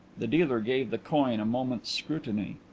the dealer gave the coin a moment's scrutiny.